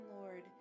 Lord